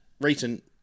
recent